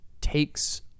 takes